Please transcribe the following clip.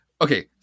Okay